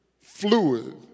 fluid